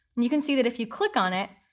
and you can see that if you click on it,